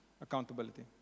accountability